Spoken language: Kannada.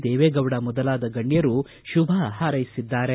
ದೇವೇಗೌಡ ಮೊದಲಾದ ಗಣ್ಣರು ಶುಭ ಹಾರ್ಸೆಸಿದ್ದಾರೆ